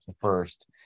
first